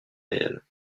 réel